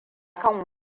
kan